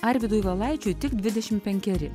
arvydui valaičiui tik dvidešimt penkeri